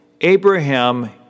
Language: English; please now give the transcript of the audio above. Abraham